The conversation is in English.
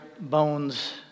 bones